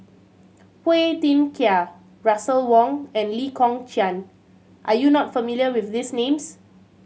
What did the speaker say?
Phua Thin Kiay Russel Wong and Lee Kong Chian are you not familiar with these names